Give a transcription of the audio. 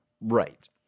right